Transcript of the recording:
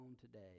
today